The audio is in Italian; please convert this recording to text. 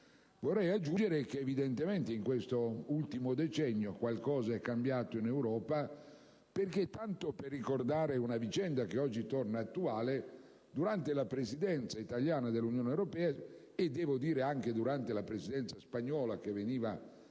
Vorrei aggiungere che, evidentemente, in questo ultimo decennio qualcosa è cambiato in Europa, perché, tanto per ricordare una vicenda che oggi torna attuale, durante la Presidenza italiana dell'Unione europea, e anche durante la Presidenza spagnola, che precedeva